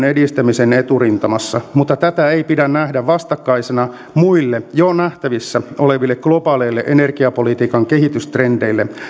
edistämisen eturintamassa mutta tätä ei pidä nähdä vastakkaisena muille jo nähtävissä oleville globaaleille energiapolitiikan kehitystrendeille